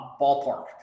ballpark